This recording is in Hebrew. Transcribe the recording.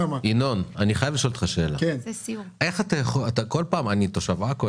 אתה כל פעם אומר: אני תושב עכו,